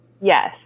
Yes